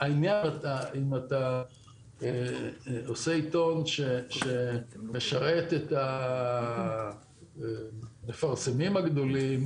העניין אם אתה עושה עיתון שמשרת את המפרסמים הגדולים,